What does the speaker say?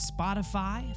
Spotify